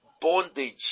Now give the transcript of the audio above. bondage